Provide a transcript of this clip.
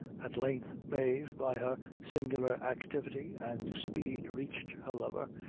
at length mave, by her singular activity and speed reached her lover,